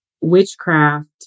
Witchcraft